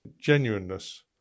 genuineness